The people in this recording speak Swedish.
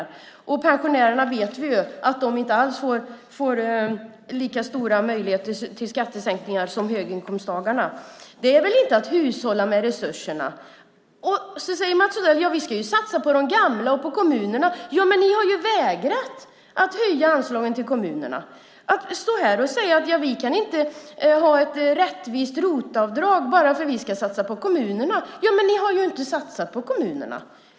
Vi vet dessutom att pensionärerna inte alls får lika stora möjligheter till skattesänkningar som höginkomsttagarna. Mats Odell säger att de ska satsa på de gamla och på kommunerna men har vägrat att höja anslagen till kommunerna. Sedan står han och säger att vi inte kan ha ett rättvist ROT-avdrag eftersom vi ska satsa på kommunerna. Ni har ju inte satsat på kommunerna!